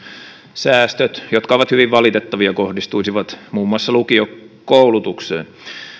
säästöt jotka ovat hyvin valitettavia kohdistuisivat muun muassa lukiokoulutukseen